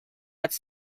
its